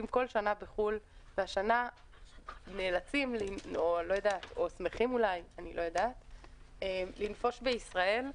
כל שנה בחו"ל והשנה נאלצים או שמחים לנפוש בישראל.